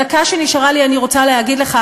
בדקה שנשארה לי אני רוצה להגיד לך,